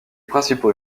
principaux